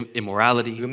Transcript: immorality